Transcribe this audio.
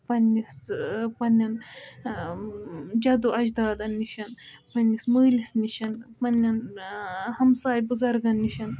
پَنٕنِس پَنٕنٮ۪ن جَدو اَجدادَن نِش پَنٕنِس مٲلِس نِش پَنٕنٮ۪ن ہَمساے بُزَرگَن نِش